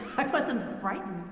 i wasn't frightened.